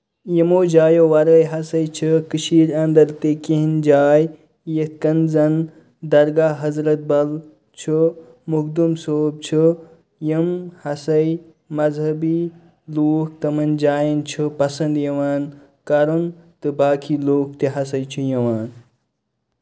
یِمو جایو وَرٲے ہَسا چھِ کٔشیٖر اَندر تہِ کینٛہہ جاے یِتھ کَنۍ زَن درگاہ حضرت بَل چھُ مخدوم صوب چھُ یِم ہَساے مزہبی لُکھ تِمَن جاٮ۪ن چھُ پسند یِوان کَرُن تہٕ باقٕے لُکھ تہِ ہَساے چھِ یِوان